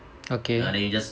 okay